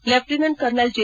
lieutenant colonel J